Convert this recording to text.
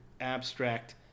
abstract